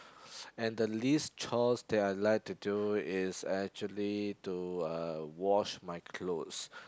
and the least chores that I like to do is actually to uh wash my clothes